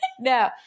No